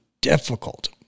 difficult